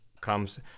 comes